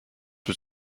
was